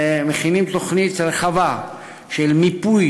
אנחנו מכינים תוכנית רחבה של מיפוי